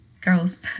girls